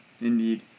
Indeed